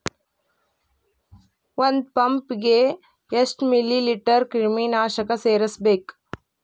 ಒಂದ್ ಪಂಪ್ ಗೆ ಎಷ್ಟ್ ಮಿಲಿ ಲೇಟರ್ ಕ್ರಿಮಿ ನಾಶಕ ಸೇರಸ್ಬೇಕ್?